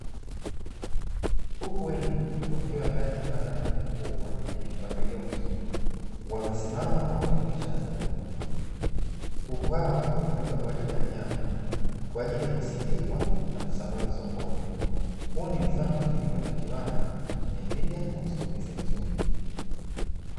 Kuku wengi wakiwa ndani ya banda moja kubwa lenye mpangilio mzuri wamesimama wakionyesha afya bora. Kuku hawa hutumika kwa ajili ya nyama kwa ajili ya kusindikwa na kusambazwa sokoni, huu ni mfano wa kilimo cha kiwanda chenye tija na usimamizi mzuri.